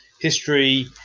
history